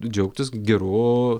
džiaugtis geru